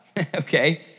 okay